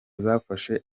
zafashe